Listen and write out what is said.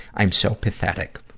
i am so pathetic.